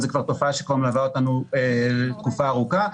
אבל זו כבר תופעה שמלווה אותנו תקופה ארוכה,